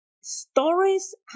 stories